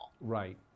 right